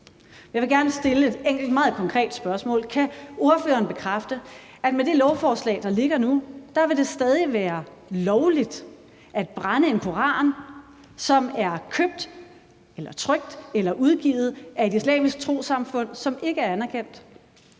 Jeg vil gerne stille et enkelt, meget konkret spørgsmål, nemlig om ordføreren kan bekræfte, at det med det lovforslag, der ligger nu, stadig vil være lovligt at brænde en koran, som er købt eller trykt eller udgivet af et islamisk trossamfund, som ikke er anerkendt.